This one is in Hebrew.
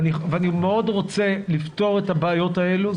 ואני מאוד רוצה לפתור את הבעיות האלה.